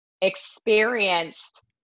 experienced